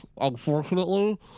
Unfortunately